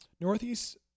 Northeast